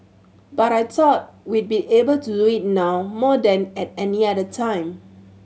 but I thought we be able to do it now more than at any other time